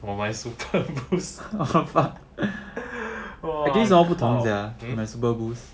我买 superboost !wah! kao